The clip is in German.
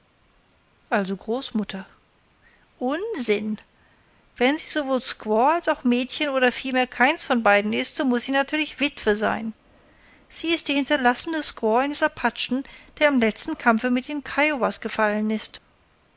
also großmutter unsinn wenn sie sowohl squaw als auch mädchen oder vielmehr keins von beiden ist so muß sie natürlich witwe sein sie ist die hinterlassene squaw eines apachen der im letzten kampfe mit den kiowas gefallen ist